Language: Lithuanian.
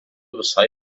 visai